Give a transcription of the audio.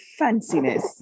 fanciness